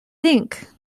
think